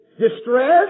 Distress